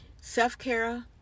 Self-care